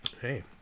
Hey